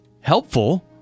helpful